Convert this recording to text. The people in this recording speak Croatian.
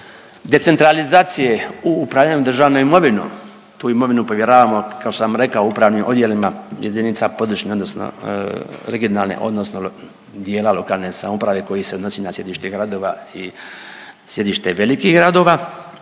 decentralizacije u upravljanju državnom imovinom tu imovinu povjeravamo kao što sam rekao upravnim odjelima jedinica područne odnosno regionalne odnosno dijela lokalne samouprave koji se odnosi na sjedište gradova i sjedište velikih gradova,